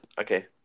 Okay